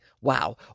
Wow